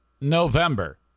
November